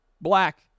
black